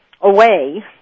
away